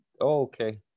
okay